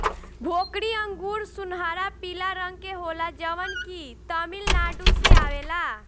भोकरी अंगूर सुनहरा पीला रंग के होला जवन की तमिलनाडु से आवेला